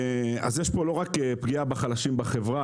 יש פה לא רק פגיעה בחלשים בחברה,